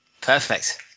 perfect